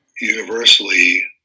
universally